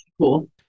cool